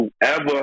whoever